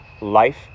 life